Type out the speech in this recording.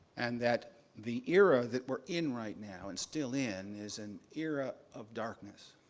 and that the era that we're in right now, and still in, is an era of darkness,